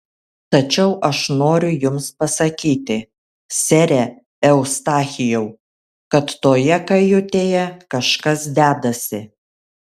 tačiau aš noriu jums pasakyti sere eustachijau kad toje kajutėje kažkas dedasi